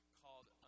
called